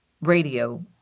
radio